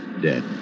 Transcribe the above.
dead